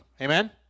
amen